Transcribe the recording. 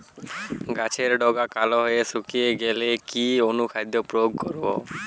গাছের ডগা কালো হয়ে শুকিয়ে গেলে কি অনুখাদ্য প্রয়োগ করব?